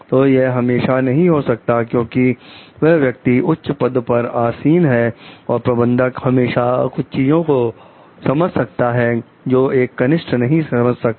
तो यह हमेशा नहीं हो सकता क्योंकि वह व्यक्ति उच्च पद पर आसीन है और प्रबंधक हमेशा कुछ चीजों को समझ सकता है जो एक कनिष्ठ नहीं समझ सकता है